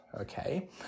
Okay